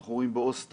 אנחנו רואים באוסטריה,